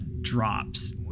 drops